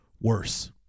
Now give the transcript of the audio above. worse